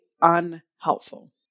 unhelpful